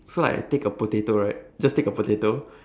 so I take a potato right just take a potato